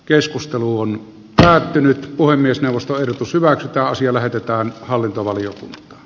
keskustelu on päättynyt puhemiesneuvosto ehdotus hyväksytty asia lähetetään hallintovalion